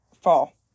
fall